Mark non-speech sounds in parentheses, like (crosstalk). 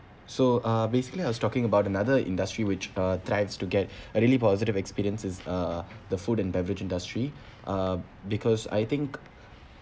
so uh basically I was talking about another industry which uh tries to get (breath) a really positive experience is uh the food and beverage industry uh because I think